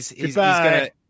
Goodbye